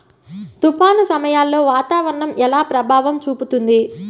తుఫాను సమయాలలో వాతావరణం ఎలా ప్రభావం చూపుతుంది?